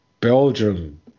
Belgium